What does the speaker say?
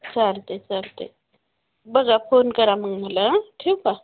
चालतं आहे चालतं आहे बघा फोन करा मग मला आं ठेऊ का